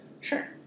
Sure